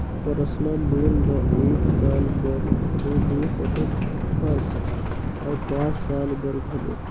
personal loan ल एक साल बर घलो ले सकत हस अउ पाँच साल बर घलो